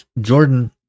Jordan